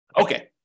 Okay